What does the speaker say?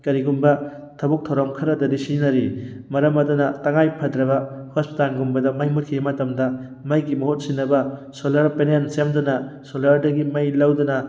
ꯀꯔꯤꯒꯨꯝꯕ ꯊꯕꯛ ꯊꯧꯔꯝ ꯈꯔꯗꯗꯤ ꯁꯤꯖꯤꯟꯅꯔꯤ ꯃꯔꯝ ꯑꯗꯨꯅ ꯇꯉꯥꯏꯐꯗ꯭ꯔꯕ ꯍꯣꯁꯄꯤꯇꯥꯜꯒꯨꯝꯕꯗ ꯃꯩ ꯃꯨꯠꯈꯤꯕ ꯃꯇꯝꯗ ꯃꯩꯒꯤ ꯃꯍꯨꯠ ꯁꯤꯟꯅꯕ ꯁꯣꯂꯔ ꯄꯦꯅꯦꯜ ꯁꯦꯝꯗꯨꯅ ꯁꯣꯂꯔꯗꯒꯤ ꯃꯩ ꯂꯧꯗꯨꯅ